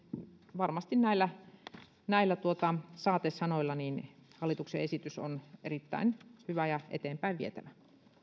varmasti näillä näillä saatesanoilla hallituksen esitys on erittäin hyvä ja eteenpäin vietävä